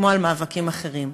כמו על מאבקים אחרים.